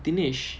finish